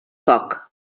poc